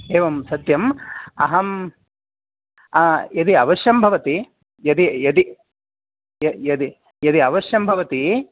एवं सत्यं अहं यदि अवश्यं भवति यदि यदि यद् यदि यदि अवश्यं भवति